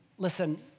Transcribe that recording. Listen